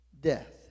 death